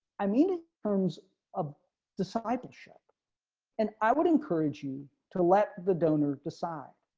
i mean terms of discipleship and i would encourage you to let the donor decide